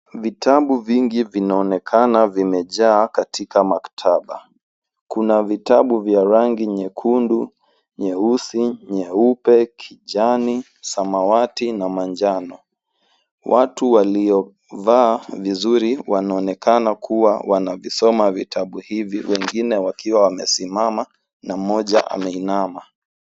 Vitabu vingi vinaonekana vimejaa katika maktaba. Kuna vitabu vya rangi nyekundu, nyeusi, nyeupe, kijani, samawati na manjano. Watu waliovaa vizuri wanaonekana kuwa wanavisoma vitabu hivi, wengine wakiwa wamesimama na mmoja ameinama.